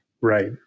Right